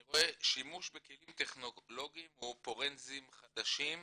אני רואה שימוש בכלים טכנולוגיים ופורנזיים חדשים,